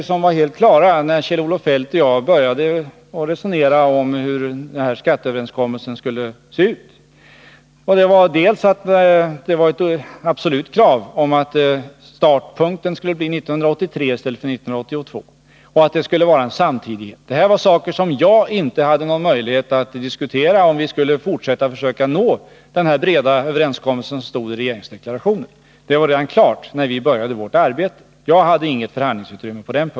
Två saker var helt klara när Kjell-Olof Feldt och jag började resonera om hur skatteöverenskommelsen skulle kunna se ut. Det var ett absolut krav från socialdemokraterna att startpunkten skulle bli 1983 i stället för 1982 och att det skulle vara en samtidighet. Det var saker jag inte hade någon möjlighet att diskutera om i förberedelserna till en överenskommelse. Det var redan låst när vi började vårt förhandlingsarbete.